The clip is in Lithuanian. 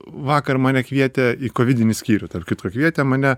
vakar mane kvietė į kovidinį skyrių tarp kitko kvietė mane